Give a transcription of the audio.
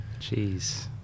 Jeez